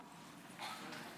אדוני היושב-ראש,